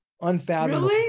unfathomable